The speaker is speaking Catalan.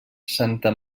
santa